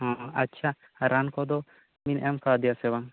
ᱟᱪᱪᱷᱟ ᱨᱟᱱ ᱠᱚᱫᱚ ᱵᱤᱱ ᱮᱢ ᱟᱠᱟᱣᱫᱮᱭᱟ ᱥᱮ ᱵᱟᱝ